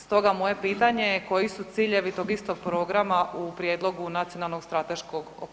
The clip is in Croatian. Stoga moje pitanje je koji su ciljevi tog istog programa u Prijedlogu nacionalnog strateškog okvira?